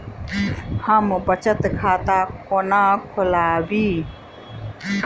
हम बचत खाता कोना खोलाबी?